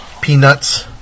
Peanuts